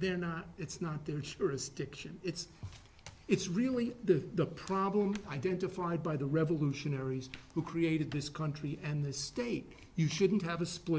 they're not it's not their jurisdiction it's it's really the the problem identified by the revolutionaries who created this country and the state you shouldn't have a split